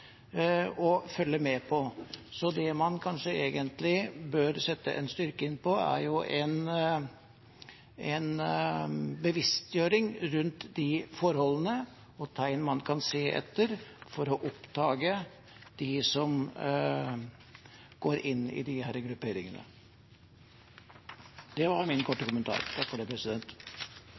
å følge med på. Så det man kanskje egentlig bør styrke, er en bevisstgjøring rundt de forholdene og de tegn man kan se etter, for å oppdage dem som går inn i disse grupperingene. Det var min korte kommentar. Tusen takk igjen. Jeg vil takke for mange gode innlegg, som viser at det